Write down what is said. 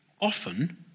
often